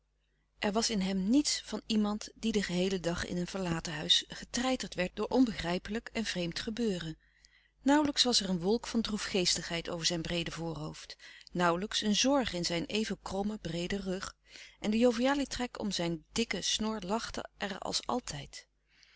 er was in hem niets van iemand die den geheelen dag in een verlaten huis getreiterd werd door onbegrijpelijk en vreemd gebeuren nauwlijks was er een wolk van droefgeestigheid over zijn louis couperus de stille kracht breede voorhoofd nauwlijks een zorg in zijn even krommen breeden rug en de joviale trek om zijn dikken snor lachte er als altijd